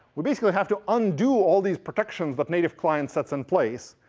we basically have to undo all these protections that native client sets in place.